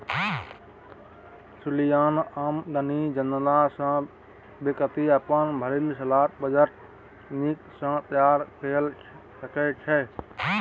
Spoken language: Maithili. सलियाना आमदनी जनला सँ बेकती अपन भरि सालक बजट नीक सँ तैयार कए सकै छै